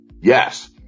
Yes